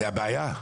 זאת הבעיה.